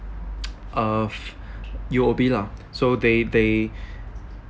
of U_O_B lah so they they